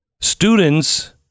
Students